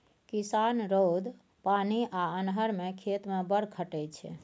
किसान रौद, पानि आ अन्हर मे खेत मे बड़ खटय छै